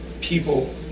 people